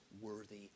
worthy